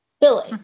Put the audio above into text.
billy